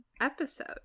episode